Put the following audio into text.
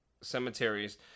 cemeteries